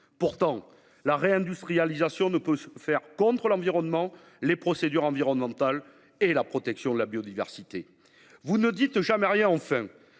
Pourtant, la réindustrialisation ne peut se faire contre l’environnement, contre les procédures environnementales ni contre la protection de la biodiversité. Enfin, vous ne dites jamais rien sur